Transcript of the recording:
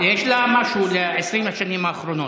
יש לה משהו ל-20 השנים האחרונות.